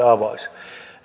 avaisi